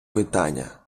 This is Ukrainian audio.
питання